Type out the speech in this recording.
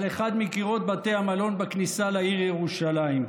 על אחד מקירות בתי המלון בכניסה לעיר ירושלים.